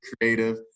creative